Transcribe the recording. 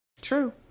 true